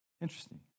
Interesting